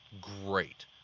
great